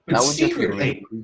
secretly